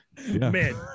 Man